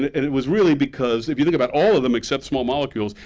it it was really because, if you think about all of them except small molecules,